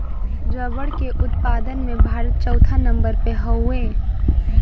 रबड़ के उत्पादन में भारत चउथा नंबर पे हउवे